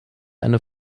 eine